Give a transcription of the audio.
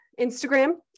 Instagram